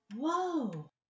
Whoa